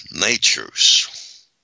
natures